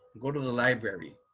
go to the library.